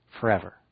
forever